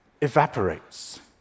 evaporates